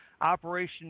operation